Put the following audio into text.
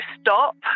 stop